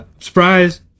Surprise